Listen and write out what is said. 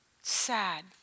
Sad